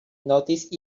noticed